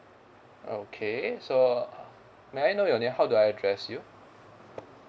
okay so may I know your name how do I address you